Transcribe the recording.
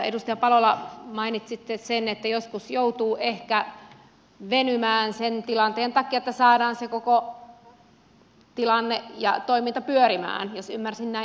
edustaja palola mainitsitte sen että joskus joutuu ehkä venymään tilanteen takia että saadaan se koko tilanne ja toiminta pyörimään jos ymmärsin näin oikein